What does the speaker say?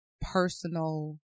personal